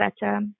better